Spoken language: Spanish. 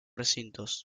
recintos